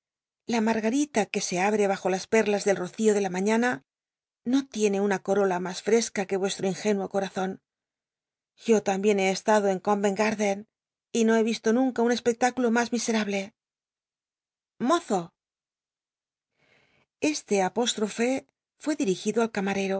la margarita que se abre bajo las perlas del rocío de la mañana no tiene una corola mas fresca que vuestro ingénuo corazon yo tambien he estado en covenl garclen y no he risto nunca un espect iculo mas miserable mozo eb este apóstrofe fué dirigido al camarero